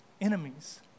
enemies